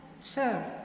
Sir